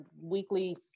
weekly